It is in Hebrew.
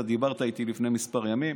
אתה דיברת איתי לפני כמה ימים.